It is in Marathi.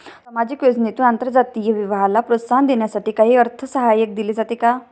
सामाजिक योजनेतून आंतरजातीय विवाहाला प्रोत्साहन देण्यासाठी काही अर्थसहाय्य दिले जाते का?